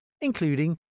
including